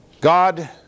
God